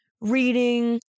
reading